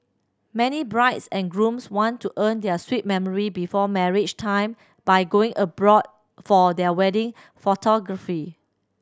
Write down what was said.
many brides and grooms want to earn their sweet memory before marriage time by going abroad for their wedding photography